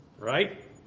Right